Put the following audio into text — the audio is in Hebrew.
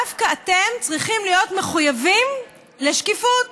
דווקא אתם צריכים להיות מחויבים לשקיפות.